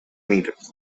meters